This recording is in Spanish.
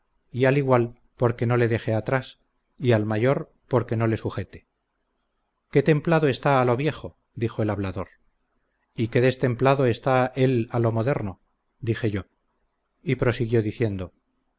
y al igual porque no le deje atrás y al mayor porque no le sujete qué templado está a lo viejo dijo el hablador y qué destemplado está él a lo moderno dije yo y prosiguió diciendo